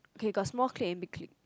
okay got small clip and big clip